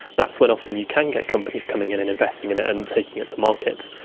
that's when often you can get companies coming in and investing in it and taking it to market.